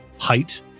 height